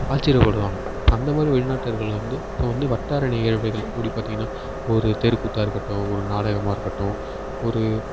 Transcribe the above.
ஆச்சிரியப்படுவாங்க இப்போ அந்தமாதிரி வெளிநாட்டினர்கள் வந்து இப்போ வந்து வட்டார நிகழ்வைகள் அப்படி பார்த்தீங்கனா ஒரு தெருக்கூற்றா இருக்கட்டும் ஒரு நாடகமாக இருக்கட்டும் ஒரு